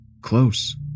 Close